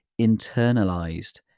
internalized